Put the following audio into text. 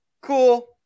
Cool